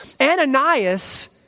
Ananias